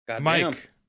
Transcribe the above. Mike